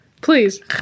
Please